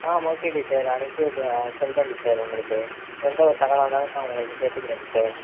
ஆ okay teacher அனுப்பி விட சொல்கிறேன் டீச்சர் உங்களுக்கு எந்த ஒரு தகவலாக இருந்தாலும் நான் உங்கள்கிட்ட கேட்டுக்கிறேன் டீச்சர்